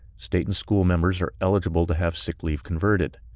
state and school members are eligible to have sick leave converted.